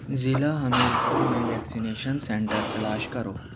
ضلع حمیرپور میں vaccination centre تلاش کرو